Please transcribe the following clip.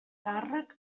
càrrec